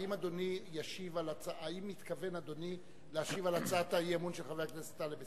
האם אדוני מתכוון להשיב על הצעת האי-אמון של חבר הכנסת טלב אלסאנע?